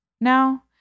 now